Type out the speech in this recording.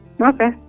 Okay